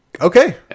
Okay